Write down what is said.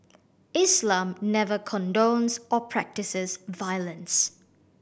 Islam never condones or practises violence